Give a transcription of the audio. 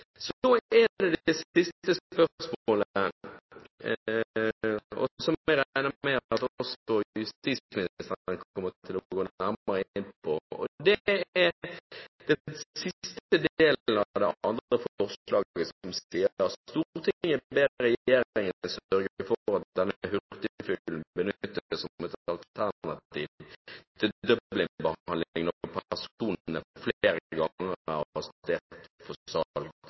at også justisministeren kommer til å gå nærmere inn på, og det er den siste delen av det andre forslaget, der det står: «Stortinget ber regjeringen sørge for at denne «hurtigfilen» benyttes som et alternativ til Dublin-behandling når personene flere ganger er arrestert for salg av